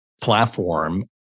platform